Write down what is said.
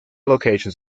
locations